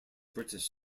british